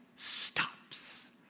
stops